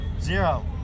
Zero